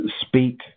speak